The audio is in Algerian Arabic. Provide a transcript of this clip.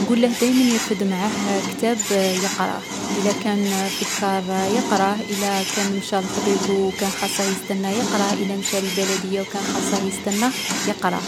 نقوله دايما يرفد معاه كتاب يقراه.إلا كان في الكار يقراه، إلا كان مشا للطبيب او وكان خاصه يستنى يقراه. إلا مشا للبلدية و كان خاصة يستنى يقراه.